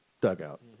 dugout